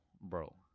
Bro